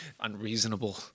Unreasonable